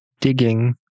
Digging